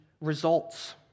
results